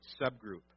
subgroup